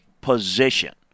position